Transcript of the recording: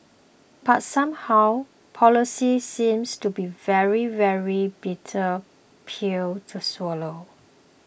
but somehow policies seems to be very very bitter pills to swallow